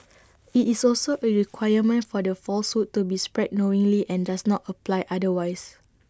IT is also A requirement for the falsehood to be spread knowingly and does not apply otherwise